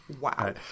wow